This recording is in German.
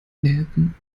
nelken